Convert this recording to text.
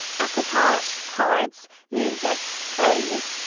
equipage, cards, musick, plays,